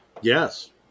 Yes